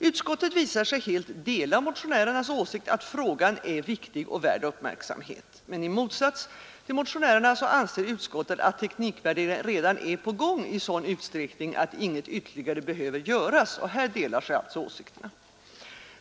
Utskottet visar sig dela motionärernas åsikt att frågan är viktig och värd uppmärksamhet, men i motsats till motionärerna anser utskottet att teknikvärdering redan är på gång i sådan utsträckning att inget ytterligare behöver göras. Här skiljer sig alltså åsikterna.